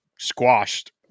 squashed